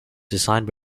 designed